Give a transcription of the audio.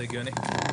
זה הגיוני.